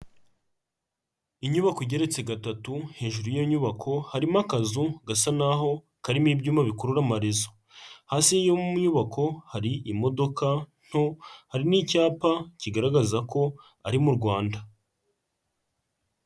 Inyubako igeretse gatatu, hejuru y'iyo nyubako, harimo akazu gasa naho karimo ibyuma bikurura amarezo, hasi yo mu nyubako hari imodoka nto, hari n'icyapa kigaragaza ko ari mu Rwanda.